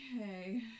okay